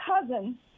cousin